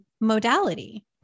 modality